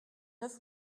oeuf